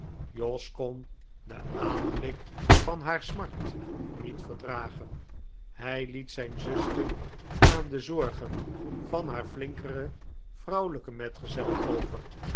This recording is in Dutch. jos kon den aanblik van haar smart niet verdragen hij liet zijn zuster aan de zorgen van haar flinkere vrouwelijke metgezel over